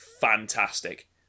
fantastic